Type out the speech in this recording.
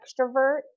extrovert